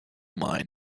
mine